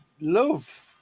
love